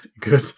Good